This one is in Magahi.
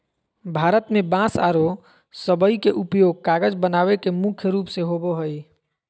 भारत में बांस आरो सबई के उपयोग कागज बनावे में मुख्य रूप से होबो हई